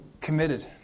committed